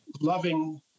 loving